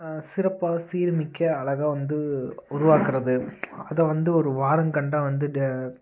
சிறப்பாக சீர்மிக்க அழகாக வந்து உருவாக்கிறது அதை வந்து ஒரு வாரம் கண்டால் வந்து ட